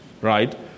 right